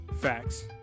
Facts